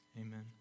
Amen